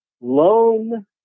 lone